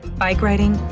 bike-riding.